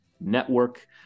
Network